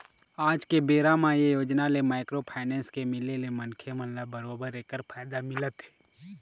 आज के बेरा म ये योजना ले माइक्रो फाइनेंस के मिले ले मनखे मन ल बरोबर ऐखर फायदा मिलत हे